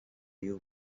you